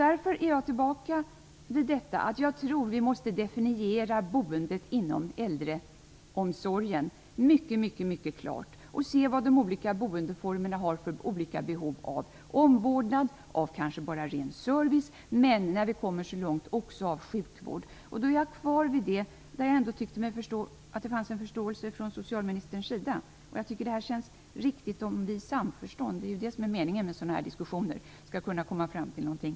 Därför är jag tillbaka till att jag tror att vi måste definiera boendet inom äldreomsorgen mycket klart och se vad de olika boendeformerna har för olika behov av omvårdnad, kanske bara ren service, men när vi kommer så långt också av sjukvård. Jag tyckte mig förstå att det fanns en förståelse från socialministerns sida för detta, och jag tycker det känns riktigt om vi i samförstånd - det är ju meningen med sådana här diskussioner - skall kunna komma fram till någonting.